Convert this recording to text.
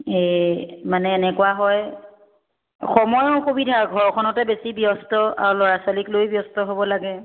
এই মানে এনেকুৱা হয় সময়ৰ অসুবিধা ঘৰখনতে বেছি ব্যস্ত আৰু ল'ৰা ছোৱালীক লৈও ব্যস্ত হ'ব লাগে